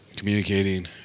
Communicating